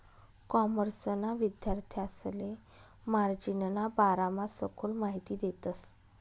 कॉमर्सना विद्यार्थांसले मार्जिनना बारामा सखोल माहिती देतस